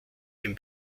ein